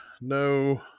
No